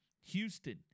Houston